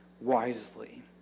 wisely